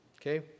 Okay